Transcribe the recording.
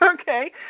Okay